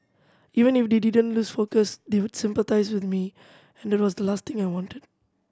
even if they didn't lose focus they would sympathise with me and that was the last thing I wanted